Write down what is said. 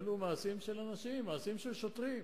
אלו מעשים של אנשים, מעשים של שוטרים,